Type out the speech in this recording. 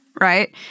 right